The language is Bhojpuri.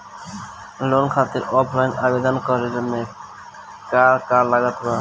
लोन खातिर ऑफलाइन आवेदन करे म का का लागत बा?